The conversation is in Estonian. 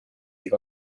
ning